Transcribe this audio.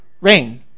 Rain